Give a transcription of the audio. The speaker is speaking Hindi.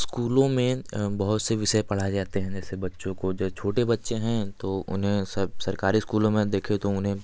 स्कूलों में बहुत से विषय पढ़ाए जाते हैं जैसे बच्चों को जो छोटे बच्चे हैं तो उन्हें सब सरकारी स्कूलों में देखें तो उन्हें